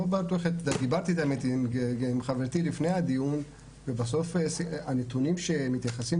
דיברתי גם עם חברתי לפני הדיון ובסוף הנתונים שמתייחסים